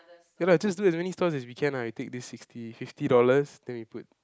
ya lah just do as many stores as we can lah we take this sixty fifty dollars then we put